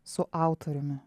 su autoriumi